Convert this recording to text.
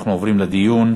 אנחנו עוברים לדיון.